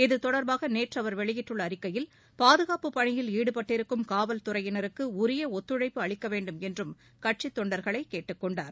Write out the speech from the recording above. இத்தொடர்பாகநேற்றுஅவர் வெளியிட்டுள்ளஅறிக்கையில் பாதுகாப்பு பணியில் ஈடுபட்டிருக்கும் காவல்துறையினருக்குஉரியஒத்துழைப்பு அளிக்கவேண்டுமென்றும் கட்சித் தொண்டர்களைகேட்டுக் கொண்டுள்ளார்